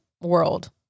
world